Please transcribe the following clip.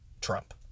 Trump